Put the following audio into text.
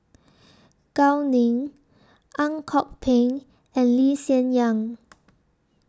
Gao Ning Ang Kok Peng and Lee Hsien Yang